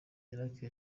karake